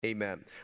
amen